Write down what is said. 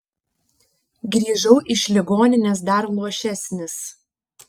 grįžau iš ligoninės dar luošesnis